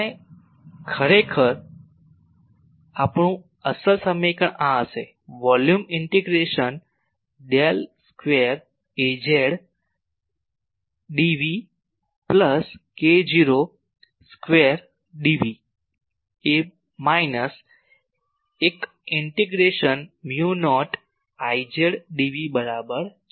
આપણે ખરેખર આપણું અસલ સમીકરણ આ હશે volume integration del square Az dv plus k0 square dv એ minus 1 integration mu naught Jz dv બરાબર છે